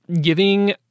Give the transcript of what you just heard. giving